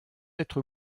être